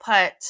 put